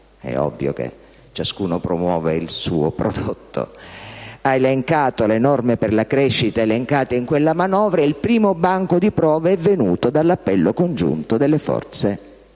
è ovvio che ciascuno promuove il suo prodotto - le norme per la crescita di quella manovra. Il primo banco di prova è venuto dall'appello congiunto delle forze